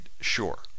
sure